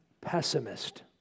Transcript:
pessimist